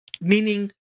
Meaning